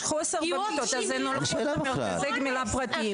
יש חוסר במיטות אז אין הולכות למרכזי גמילה פרטיים.